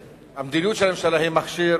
והמדיניות של הממשלה היא מכשיר